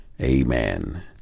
Amen